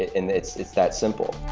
and it's it's that simple.